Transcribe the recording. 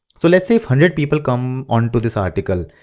so let's say a hundred people come unto this article.